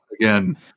again